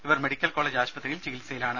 ഇവർ medical college ആശുപത്രിയിൽ ചികിത്സയിലാണ്